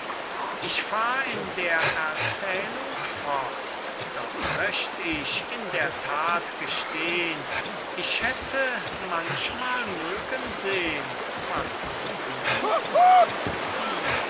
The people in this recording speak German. ich fahr in der erzählung fort doch möcht ich in der tat gestehn ich hätte manchmal mögen sehn was die und die